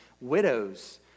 widows